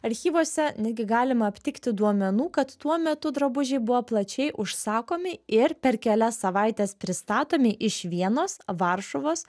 archyvuose netgi galima aptikti duomenų kad tuo metu drabužiai buvo plačiai užsakomi ir per kelias savaites pristatomi iš vienos varšuvos